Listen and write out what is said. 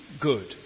good